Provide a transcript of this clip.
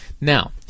Now